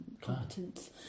competence